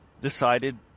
decided